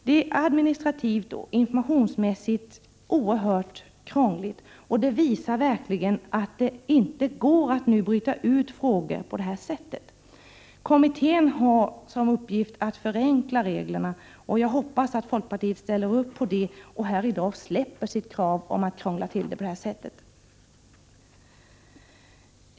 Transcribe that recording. Det är administrativt och informationsmässigt oerhört krångligt och det visar verkligen att det inte går att nu bryta ut frågan på detta sätt. Kommittén har som uppgift att förenkla reglerna. Jag hoppas att folkpartiet ställer upp på det och här i dag släpper på sitt krav, som skulle krångla till det hela.